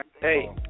Hey